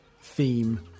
theme